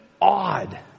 odd